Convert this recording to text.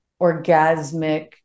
orgasmic